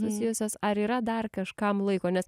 susijusios ar yra dar kažkam laiko nes